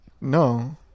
no